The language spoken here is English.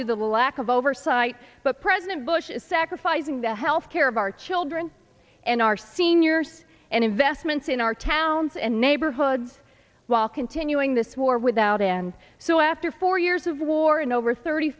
to the lack of oversight but president bush is sacrificing the health care of our children and our seniors and investments in our towns and neighborhoods while continuing this war without end so after four years of war and over thirty